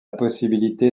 possibilité